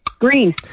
Green